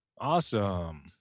Awesome